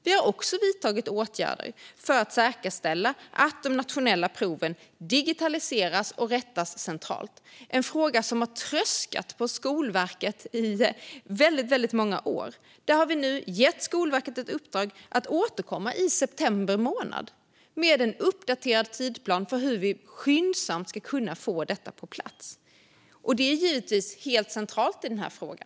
Vi har vidtagit åtgärder för att säkerställa att de nationella proven digitaliseras och rättas centralt. Det är en fråga som har tröskats på Skolverket i väldigt många år, men nu har vi gett Skolverket i uppdrag att återkomma i september månad med en uppdaterad tidsplan för hur vi skyndsamt ska få detta på plats. Det är givetvis helt centralt i denna fråga.